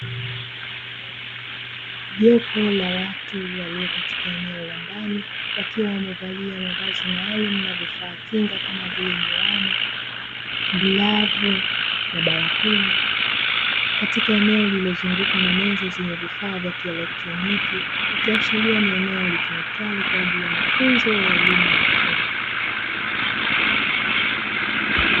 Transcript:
Jopo la watu walio katika eneo la ndani wakiwa wamevalia mavazi maalumu na vifaa kinga kama vile miwani, glavu na barakoa katika eneo lililozungukwa na meza zenye vifaa vya kieletroniki. Ikiashiria kuwa ni eneo litumikalo kwa mafunzo ya elimu ya ufundi.